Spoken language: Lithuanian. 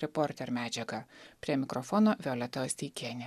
reporter medžiagą prie mikrofono violeta osteikienė